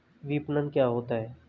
विपणन क्या होता है?